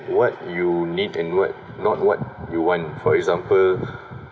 what you need and what not what you want for example